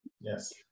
Yes